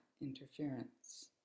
interference